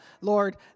Lord